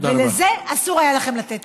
לזה אסור היה לכם לתת יד.